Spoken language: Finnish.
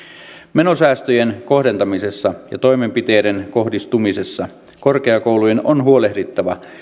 menosäästöjen kohdentamisessa ja toimenpiteiden kohdistumisessa korkeakoulujen on huolehdittava